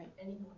anymore